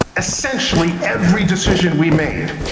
essentially every decision we made,